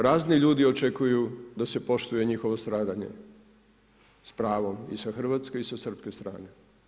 Razni ljudi očekuju da se poštuje njihovo stradanje s pravom i sa hrvatske i srpske strane.